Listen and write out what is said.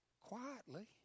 quietly